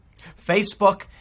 Facebook